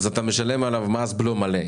אתה משלם עליו מס בלו מלא.